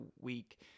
week